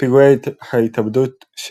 פיגועי ההתאבדות,